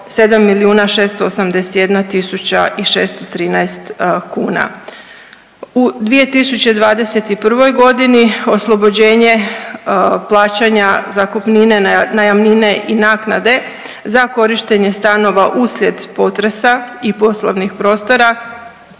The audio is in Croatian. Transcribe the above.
i 613 kuna. U 2021. godini oslobođenje plaćanja zakupnine, najamnine i naknade za korištenje stanova uslijed potresa i poslovnih prostora